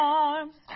arms